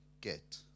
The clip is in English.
get